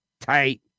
Tight